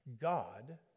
God